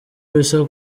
bisa